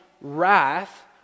wrath